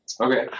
Okay